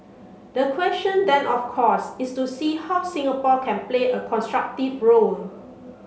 the question then of course is to see how Singapore can play a constructive role